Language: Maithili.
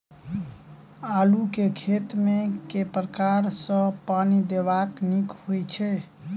आलु केँ खेत मे केँ प्रकार सँ पानि देबाक नीक होइ छै?